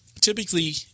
Typically